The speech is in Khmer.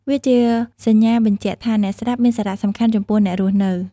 វាជាសញ្ញាបញ្ជាក់ថា អ្នកស្លាប់មានសារៈសំខាន់ចំពោះអ្នករស់នៅ។